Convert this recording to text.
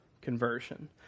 conversion